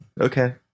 Okay